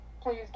please